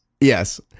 yes